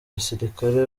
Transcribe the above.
basirikare